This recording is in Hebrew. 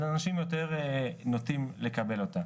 אז אנשים יותר נוטים לקבל אותה.